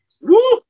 Woo